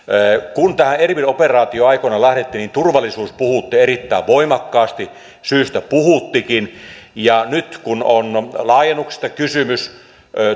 kun tähän erbil operaatioon aikanaan lähdettiin niin turvallisuus puhutti erittäin voimakkaasti syystä puhuttikin nyt kun on laajennuksesta kysymys ja